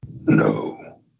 No